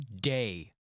day